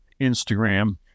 Instagram